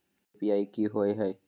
UPI कि होअ हई?